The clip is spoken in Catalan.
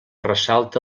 ressalta